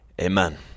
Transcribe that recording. Amen